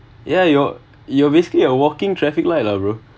ya you‘re you’re basically a walking traffic light lah bro